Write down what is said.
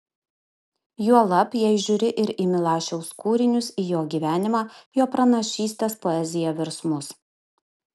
juolab jei žiūri ir į milašiaus kūrinius į jo gyvenimą jo pranašystes poeziją virsmus